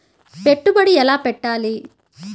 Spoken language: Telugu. పెట్టుబడి ఎలా పెట్టాలి?